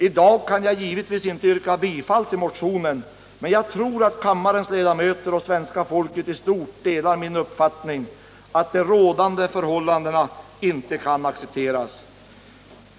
I dag kan jag givetvis inte yrka bifall till motionen, men jag tror att kammarens ledamöter och svenska folket i stort delar min uppfattning att de rådande förhållandena inte kan accepteras.